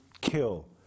Kill